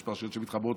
יש פרשיות שמתחברות,